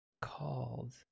called